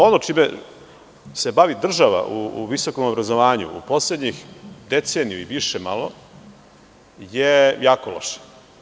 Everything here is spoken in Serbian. Ono čime se bavi država u visokom obrazovanju u poslednjih deceniju i više malo, je jako loše.